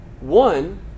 One